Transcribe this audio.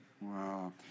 Wow